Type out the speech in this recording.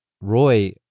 Roy